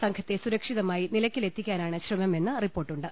സംഘത്തെ സുരക്ഷിതമായി നില യ്ക്കലെത്തിക്കാനാണ് ശ്രമമെന്ന് റിപ്പോർട്ടുണ്ട്